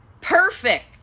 Perfect